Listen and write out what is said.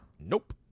Nope